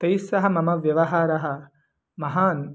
तैः सह मम व्यवहारः महान्